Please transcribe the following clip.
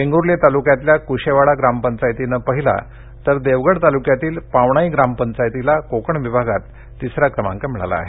वेंगूर्ले तालुक्यातल्या कुशेवाडा ग्रामपंचायतीनं पहिला तर देवगड तालुक्यातील पावणाई ग्रामपंचायतीला कोकण विभागात तिसरा क्रमांक मिळाला आहे